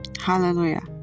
hallelujah